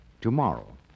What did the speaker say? tomorrow